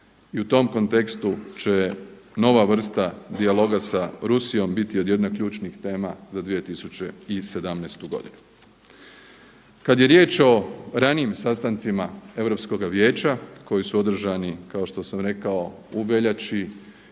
I u tom kontekstu će nova vrsta dijaloga sa Rusijom biti od jednih ključnih tema za 2017. godinu. Kad je riječ o ranijim sastancima Europskoga vijeća koji su održani kao što sam rekao u veljači,